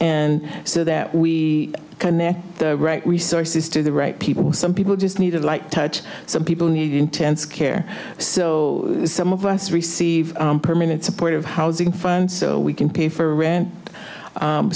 and so that we can their resources to the right people some people just need a light touch some people need intense care so some of us receive permanent supportive housing funds so we can pay for rent